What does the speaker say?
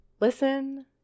listen